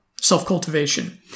self-cultivation